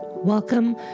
Welcome